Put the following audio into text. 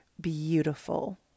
beautiful